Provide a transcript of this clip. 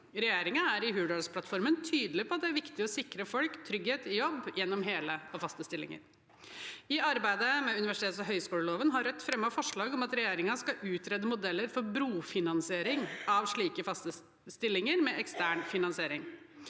Regjeringen er i Hurdalsplattformen tydelig på at det er viktig å sikre folk trygghet i jobb gjennom hele og faste stillinger. I arbeidet med universitets- og høyskoleloven har Rødt fremmet forslag om at regjeringen skal utrede modeller for brofinansiering av slike faste stillinger med ekstern finansiering,